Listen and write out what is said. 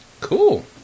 Cool